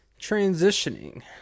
transitioning